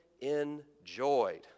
enjoyed